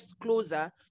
closer